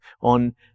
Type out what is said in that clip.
on